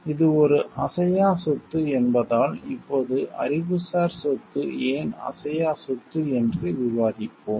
இது ஒரு அசையா சொத்து என்பதால் இப்போது அறிவுசார் சொத்து ஏன் அசையா சொத்து என்று விவாதிப்போம்